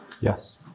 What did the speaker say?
Yes